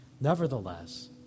nevertheless